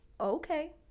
Okay